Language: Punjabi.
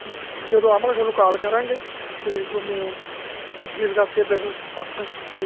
ਜਦੋਂ ਆਵਾਂਗੇ ਤੁਹਾਨੂੰ ਕਾਲ ਕਰਾਂਗੇ ਅਤੇ ਤੁਹਾਨੂੰ ਰਸੀਵ ਕਰਕੇ ਪਹੁੰਚਾਂਗੇ ਠੀਕ